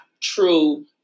true